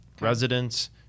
residents